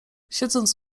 siedząc